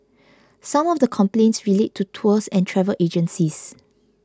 some of the complaints relate to tours and travel agencies